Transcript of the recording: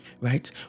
right